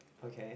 okay